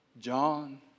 John